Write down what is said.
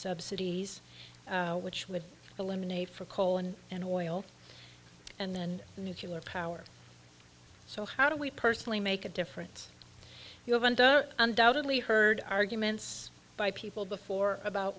subsidies which would eliminate for coal and and oil and then the nuclear power so how do we personally make a difference you haven't done undoubtedly heard arguments by people before about